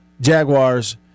Jaguars